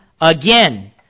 again